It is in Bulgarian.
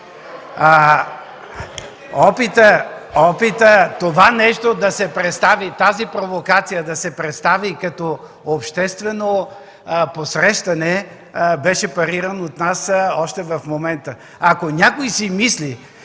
Опитът това нещо – тази провокация да се представи като обществено посрещане, беше париран от нас още в момента. Ако някой си мисли,